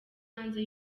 hanze